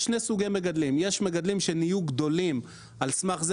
יש שני סוגי מגדלים: מגדלים שנהיו גדולים על סמך זה